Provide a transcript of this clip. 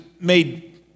made